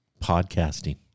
Podcasting